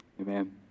amen